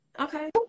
Okay